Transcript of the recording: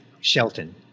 Shelton